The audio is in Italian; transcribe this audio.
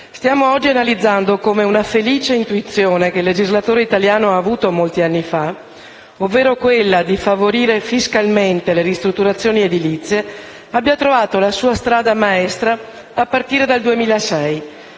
Stiamo oggi analizzando come una felice intuizione che il legislatore italiano ha avuto molti anni fa, ovvero quella di favorire fiscalmente le ristrutturazioni edilizie, abbia trovato la sua strada maestra a partire dal 2006,